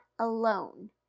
alone